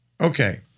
Okay